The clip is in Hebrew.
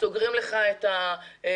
סוגרים לך את השערים,